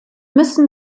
müssen